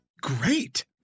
great